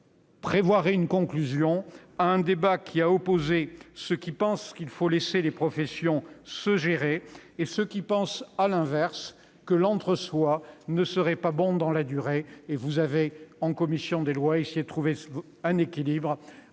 vous donnerez sa conclusion à un débat qui a opposé ceux qui pensent qu'il faut laisser les professions se gérer elles-mêmes et ceux qui pensent, à l'inverse, que l'entre soi n'est pas bon dans la durée. La commission des lois a essayé de trouver un équilibre